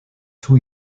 two